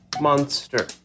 Monster